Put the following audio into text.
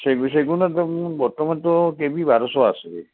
চেগুনৰটো বৰ্তমানটো কেবি বাৰশ আছে